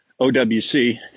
OWC